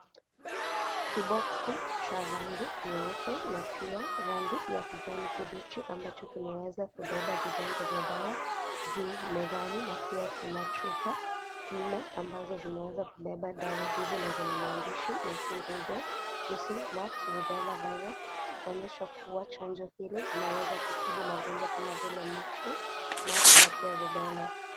Kiboxi cha rangi nyeupe na pia rangi ya kijani kibichi ambacho kimeweza kubeba vidonge vya dawa vi mezani na pia tuna chupa nne ambazo zimeweza kubeba dawa hizi na zina maandishi ya " single dose, Measles, Mumps, Rubella Virus " kuonyesha kuwa Chanjo hili inaweza kutibu magonjwa kama vile Measles, Mumps na pia Rubella .